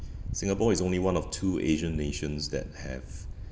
Singapore is only one of two asian nations that have